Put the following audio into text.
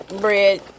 bread